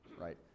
right